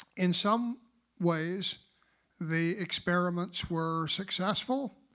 in some ways the experiments were successful,